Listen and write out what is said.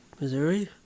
Missouri